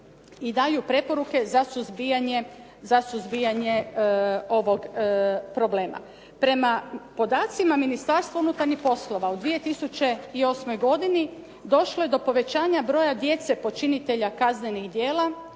i daju preporuke za suzbijanje ovog problema. Prema podacima Ministarstva unutarnjih poslova u 2008. godini došlo je povećanja broja djece počinitelja kaznenih djela